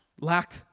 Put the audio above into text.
lack